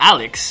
Alex